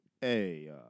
Hey